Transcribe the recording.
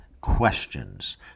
questions